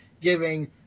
giving